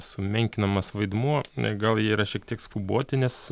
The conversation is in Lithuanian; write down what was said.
sumenkinamas vaidmuo gal jie yra šiek tiek skuboti nes